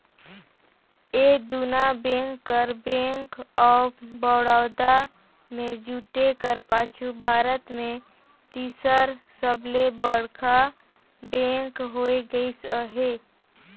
ए दुना बेंक कर bank of Baroda में जुटे कर पाछू भारत में तीसर सबले बड़खा बेंक होए गइस अहे